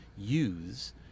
Use